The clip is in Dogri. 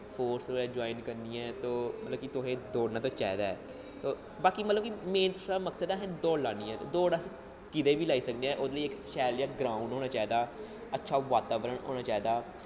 फोर्स ज्वाईन करनी ऐ मतलब तुसें दौड़ना चाहिदा ऐ ते बाकी मतलब तुआढ़ा मेन मक्सद ऐ दौड़ लानी ऐ ते दौड़ अस कुतै बी लाई सकने आं ओह्दे लेई इक शैल जेहा ग्राऊंड़ होना चाहिदा अच्छा बाताबरण होना चाहिदा